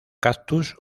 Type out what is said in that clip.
cactus